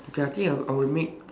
okay I think I will I will make